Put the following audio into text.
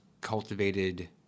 cultivated